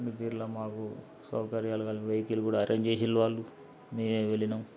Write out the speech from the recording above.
అలిపిరిలో మాకు సౌకర్యాలుగల వెహికల్ కూడా అరేంజ్ చేసిండ్రు వాళ్ళు మేమే వెళ్ళినాం